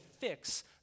fix